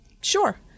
Sure